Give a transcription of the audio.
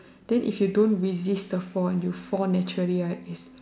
then if you don't resist the fall and you fall naturally right is